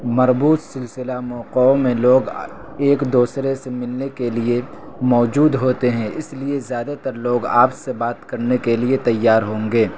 مربوط سلسلہ موقعوں میں لوگ ایک دوسرے سے ملنے کے لیے موجود ہوتے ہیں اس لیے زیادہ تر لوگ آپ سے بات کرنے کے لیے تیار ہوں گے